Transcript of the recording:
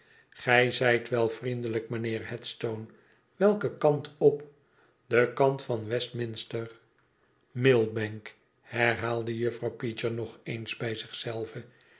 gij zijt wel vriendelijk mijnheer headstone welken kant op den kant van westminster millbank herhaalde juffrouw peecher nog eens bij